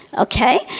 Okay